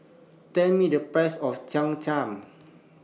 Tell Me The Price of Cham Cham